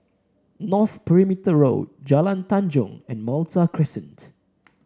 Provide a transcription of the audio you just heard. North Perimeter Road Jalan Tanjong and Malta Crescent